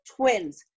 twins